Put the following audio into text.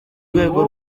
rwego